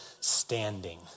standing